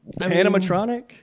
animatronic